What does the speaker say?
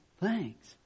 thanks